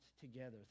together